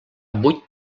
vuit